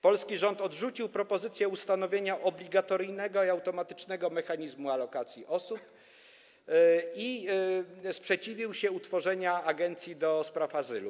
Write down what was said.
Polski rząd odrzucił propozycję ustanowienia obligatoryjnego i automatycznego mechanizmu alokacji osób i sprzeciwił się utworzeniu agencji do spraw azylu.